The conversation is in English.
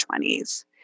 20s